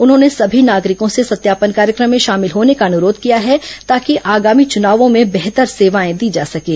उन्होंने सभी नागरिकों से सत्यापन कार्यक्रम में शामिल होने का अनुरोध किया है ताकि आगामी चूनावों में बेहतर सेवाएं दी जा सकें